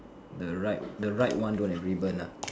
the right the right one don't have ribbon nah